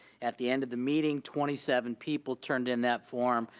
at the end of the meeting, twenty seven people turned in that form.